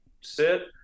sit